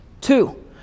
Two